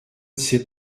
sais